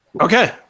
Okay